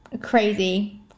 crazy